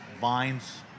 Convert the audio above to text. vines